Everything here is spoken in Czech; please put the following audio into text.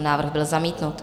Návrh byl zamítnut.